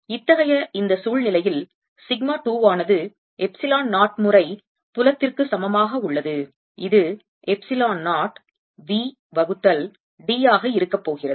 இத்தகைய இந்த சூழ்நிலையில் சிக்மா 2 வானது எப்சிலோன் 0 முறை புலத்திற்கு சமமாக உள்ளது இது எப்சிலோன் 0 V வகுத்தல் d ஆக இருக்க போகிறது